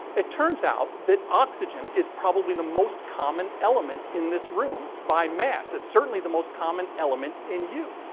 it turns out that oxygen is probably the most common element in this room by mass. it's certainly the most common element in you.